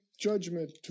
judgment